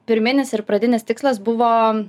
pirminis ir pradinis tikslas buvo